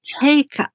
take